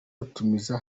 rutumiza